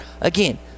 Again